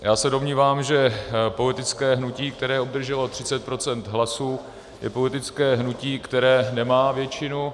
Já se domnívám, že politické hnutí, které obdrželo 30 % hlasů, je politické hnutí, které nemá většinu.